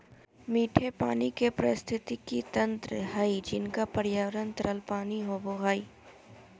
मीठे पानी के पारिस्थितिकी तंत्र हइ जिनका पर्यावरण तरल पानी होबो हइ